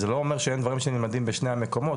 זה לא אומר שאין דברים שנלמדים בשני המקומות